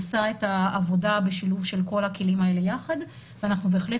עושה את העבודה בשילוב של כל הכלים האלה ביחד ואנחנו בהחלט